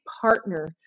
partner